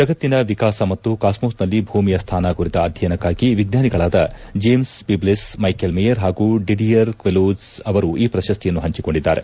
ಜಗತ್ತಿನ ವಿಕಾಸ ಮತ್ತು ಕಾಸ್ಮೋಸ್ನಲ್ಲಿ ಭೂಮಿಯ ಸ್ವಾನ ಕುರಿತ ಅಧ್ಯಯನಕ್ಕಾಗಿ ವಿಜ್ವಾನಿಗಳಾದ ಜೇಮ್ಸ್ ಪೀಜ್ಲೆಸ್ ಮೈಕೆಲ್ ಮೇಯರ್ ಪಾಗೂ ಡಿಡಿಯರ್ ಕ್ಷಿಲೋಜ್ ಅವರು ಈ ಪ್ರಶಸ್ತಿಯನ್ನು ಹಂಚಿಕೊಂಡಿದ್ದಾರೆ